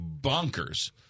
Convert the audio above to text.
bonkers